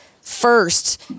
first